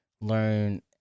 learn